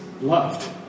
loved